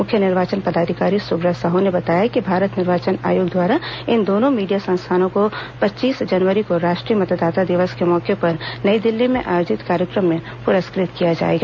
मुख्य निर्वाचन पदाधिकारी सुब्रत साहू ने बताया कि भारत निर्वाचन आयोग द्वारा इन दोनों मीडिया संस्थानों को पच्चीस जनवरी को राष्ट्रीय मतदाता दिवस के मौके पर नई दिल्ली में आयोजित कार्यक्रम में पुरस्कृत किया जाएगा